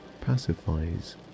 pacifies